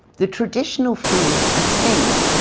the traditional food, i think,